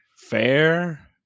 fair